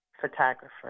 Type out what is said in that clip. photographer